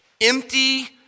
empty